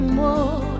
more